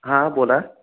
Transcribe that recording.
हां बोला